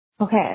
okay